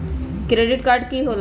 Credit card की होला?